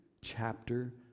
chapter